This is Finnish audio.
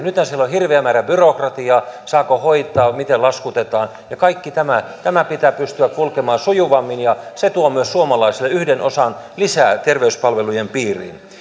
nythän siellä on hirveä määrä byrokratiaa saako hoitaa miten laskutetaan ja kaikki tämä tämän pitää pystyä kulkemaan sujuvammin ja se tuo suomalaisille myös yhden osaa lisää terveyspalvelujen piiriin